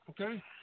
Okay